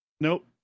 Nope